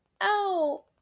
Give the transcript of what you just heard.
ow